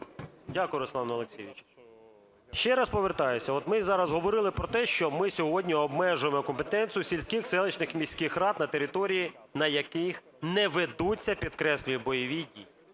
Дякую, Руслан Олексійович. Ще раз повертаюся, от ми зараз говорили про те, що ми сьогодні обмежуємо компетенцію сільських, селищних і міських рад на територіях, на яких не ведуться, підкреслюю, бойові дії.